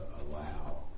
allow